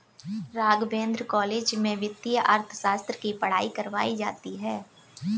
Raghavendra college में वित्तीय अर्थशास्त्र की पढ़ाई करवायी जाती है